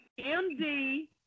Md